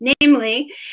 Namely